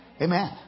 Amen